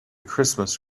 christmas